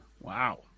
Wow